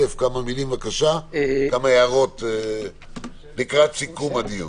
כמה הערות לקראת סיכום הדיון,